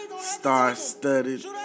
Star-studded